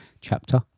Chapter